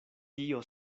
tio